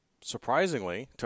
surprisingly